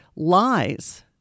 Lies